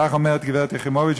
כך אומרת גברת יחימוביץ.